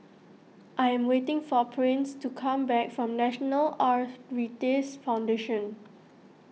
I am waiting for Prince to come back from National Arthritis Foundation